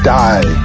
die